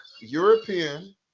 european